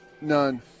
None